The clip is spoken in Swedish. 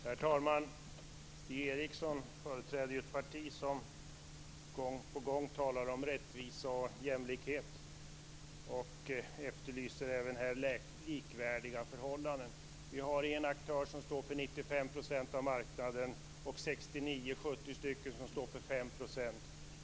Herr talman! Stig Eriksson företräder ett parti som gång på gång talar om rättvisa och jämlikhet, och han efterlyser även här likvärdiga förhållanden. Vi har en aktör som står för 95 % av marknaden och 69-70 aktörer som står för 5 %.